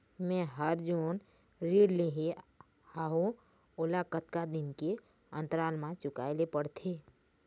मैं हर जोन ऋण लेहे हाओ ओला कतका दिन के अंतराल मा चुकाए ले पड़ते?